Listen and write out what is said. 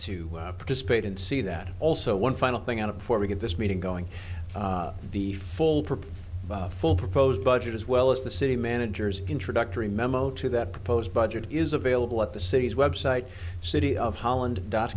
to participate and see that also one final thing out before we get this meeting going the full provide full proposed budget as well as the city managers introductory memo to that proposed budget is available at the city's web site city of holland dot